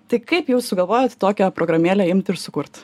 tai kaip jūs sugalvojot tokią programėlę imt ir sukurt